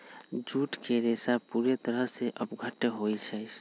jute के रेशा पूरे तरह से अपघट्य होई छई